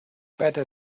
better